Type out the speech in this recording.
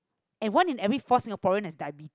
and one in every four Singaporean has diabetes